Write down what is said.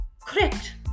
correct